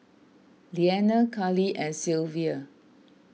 Leanna Cali and Sylvia